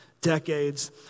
decades